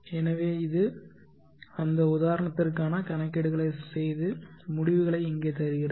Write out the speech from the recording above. எனவே இது அந்த உதாரணத்திற்கான கணக்கீடுகளைச் செய்து முடிவுகளை இங்கே தருகிறது